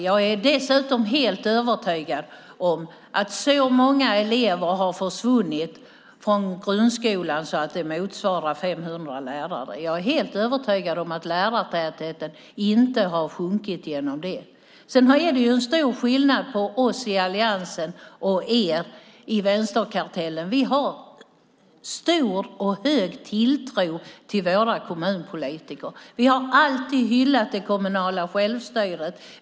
Jag är dock helt övertygad om att lärartätheten inte har minskat på grund av att så många elever försvunnit från grundskolan. Det är stor skillnad mellan oss i alliansen och er i vänsterkartellen. Vi har stor tilltro till våra kommunpolitiker. Vi har alltid hyllat det kommunala självstyret.